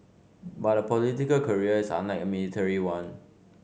but a political career is unlike a military one